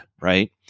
right